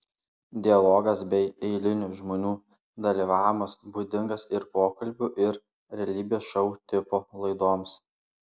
dialogas bei eilinių žmonių dalyvavimas būdingas ir pokalbių ir realybės šou tipo laidoms